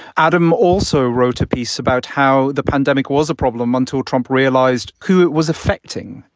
adam also wrote a piece about how the pandemic was a problem until trump realized who it was affecting.